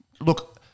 Look